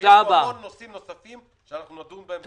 יש פה המון נושאים נוספים שנדון בהם.